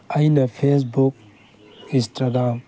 ꯑꯩꯅ Facebook Instagram